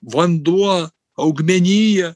vanduo augmenija